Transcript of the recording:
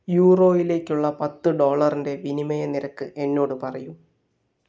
യൂറോയിലേക്കുള്ള പത്ത് ഡോളറിന്റെ വിനിമയ നിരക്ക് എന്നോട് പറയൂ